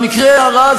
במקרה הרע,